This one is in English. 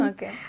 Okay